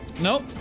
Nope